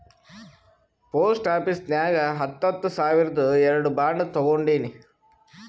post office ನಾಗ್ ಹತ್ತ ಹತ್ತ ಸಾವಿರ್ದು ಎರಡು ಬಾಂಡ್ ತೊಗೊಂಡೀನಿ